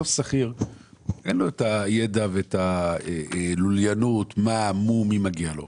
לשכיר אין את הידע והלוליינות והוא לא יודע מה מגיע לו.